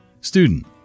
Student